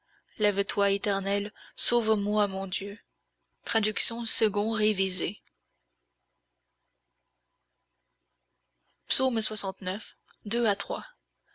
lève-toi éternel sauve-moi mon dieu trad